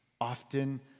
often